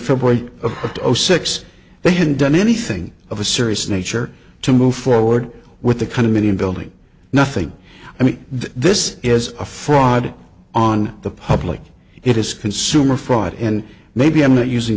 february of zero six they hadn't done anything of a serious nature to move forward with the kind of million building nothing i mean this is a fraud on the public it is consumer fraud and maybe i'm not using